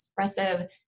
expressive